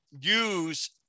use